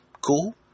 Cool